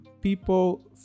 people